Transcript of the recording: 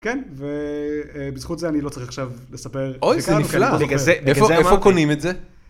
כן, ובזכות זה אני לא צריך עכשיו לספר. אוי, זה נפלא. רגע, איפה קונים את זה?